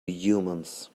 humans